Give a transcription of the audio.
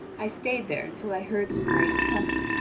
i stayed there until i heard some knights coming,